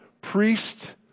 priest